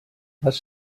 les